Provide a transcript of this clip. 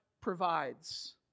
provides